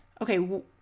Okay